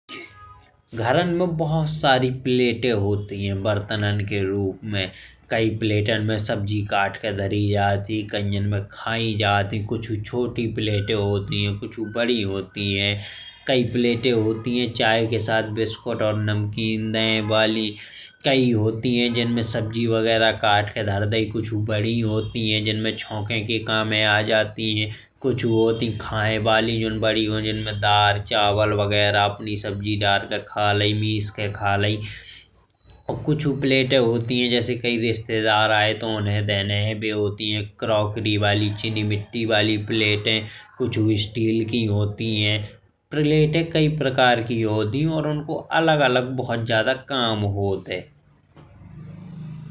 घरन में बहुत सारी प्लेट होत है, बरतनन के रूप में कई प्लेटन में सब्जी कट खें धरी जात है। कईयां में खाई जात ही छोटी प्लेट होती है कछु बड़ी होत है। कई प्लेट होत है चाय के साथ बिस्कुट और नमकीन दिए बाली कई होत है। जिनमें सब्जी बगेरा कट खें धर दई कछु बड़ी होती है। जिनमें छौंके के काम में आ जात है। कछु होत ही खाए बाली जिनमें दाल चावल बगेरा अपनी सब्जी धर खें। खा लें मिस खें खा लें कछु प्लेट होत है। जैसे रिश्तेदार आएं तो उन्हें देने है। क्रॉकरी बाली चिनी मिट्टी बाली प्लेट कछु स्टील की होती है। प्लेट कई प्रकार की होती है, उनको अलग अलग बहुत काम होत है।